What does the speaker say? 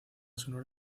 sonora